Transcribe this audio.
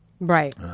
Right